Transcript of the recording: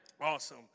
Awesome